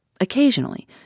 Occasionally